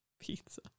pizza